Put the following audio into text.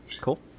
Cool